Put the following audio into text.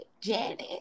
janet